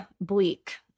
bleak